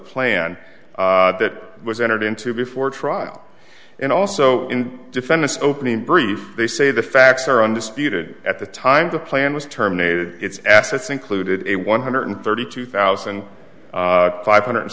plan that was entered into before trial and also defendant opening brief they say the facts are undisputed at the time the plan was terminated its assets included a one hundred thirty two thousand five hundred